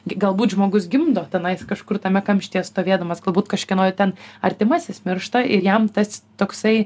gi galbūt žmogus gimdo tenais kažkur tame kamštyje stovėdamas galbūt kažkieno ten artimasis miršta ir jam tas toksai